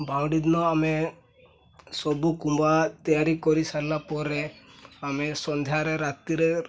ବାଉଁଡ଼ି ଦିନ ଆମେ ସବୁ କୁମ୍ବା ତିଆରି କରିସାରିଲା ପରେ ଆମେ ସନ୍ଧ୍ୟାରେ ରାତିରେ